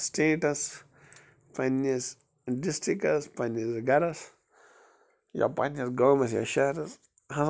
status پَنٕنِس ڈِسٹرٕکَس پَنٕنِس گَرس یا پَنٕنِس گامس یا شہرَس ہَسا ہیٚکے ہے یہِ